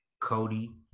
cody